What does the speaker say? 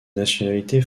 nationalité